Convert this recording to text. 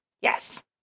Yes